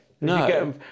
No